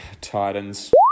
Titans